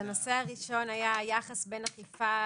הנושא הראשון היה היחס בין אכיפה